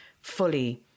fully